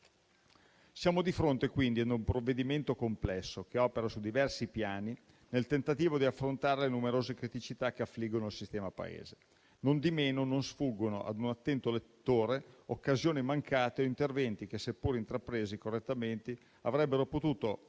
Siamo di fronte quindi a un provvedimento complesso che opera su diversi piani, nel tentativo di affrontare le numerose criticità che affliggono il sistema Paese. Nondimeno non sfuggono ad un attento lettore occasioni mancate o interventi che, seppure intrapresi correttamente, avrebbero potuto